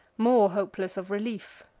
more hopeless of relief.